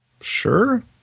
Sure